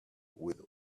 with